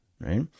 right